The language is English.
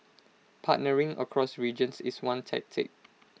partnering across regions is one tactic